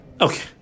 Okay